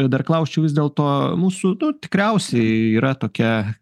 dar klausčiau vis dėlto mūsų nu tikriausiai yra tokia